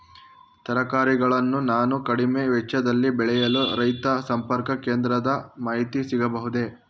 ತರಕಾರಿಗಳನ್ನು ನಾನು ಕಡಿಮೆ ವೆಚ್ಚದಲ್ಲಿ ಬೆಳೆಯಲು ರೈತ ಸಂಪರ್ಕ ಕೇಂದ್ರದ ಮಾಹಿತಿ ಸಿಗಬಹುದೇ?